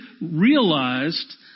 realized